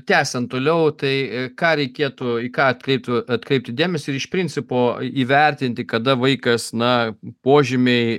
tęsiant toliau tai ką reikėtų į ką atkreiptų atkreipti dėmesį ir iš principo įvertinti kada vaikas na požymiai